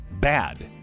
bad